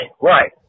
right